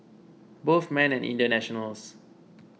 both men are Indian nationals